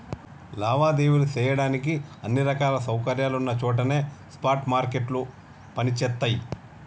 లావాదేవీలు చెయ్యడానికి అన్ని రకాల సౌకర్యాలున్న చోటనే స్పాట్ మార్కెట్లు పనిచేత్తయ్యి